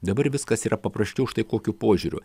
dabar viskas yra paprasčiau štai kokiu požiūriu